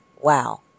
Wow